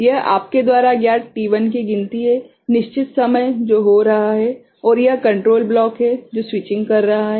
यह आपके द्वारा ज्ञात t1 की गिनती है निश्चित समय जो हो रहा है और यह कंट्रोल ब्लॉक है जो स्विचिंग कर रहा है